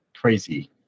crazy